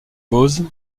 boz